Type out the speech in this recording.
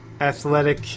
athletic